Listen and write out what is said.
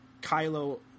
Kylo